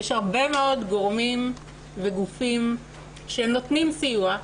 יש הרבה מאוד גורמים וגופים שנותנים סיוע.